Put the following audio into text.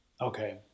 Okay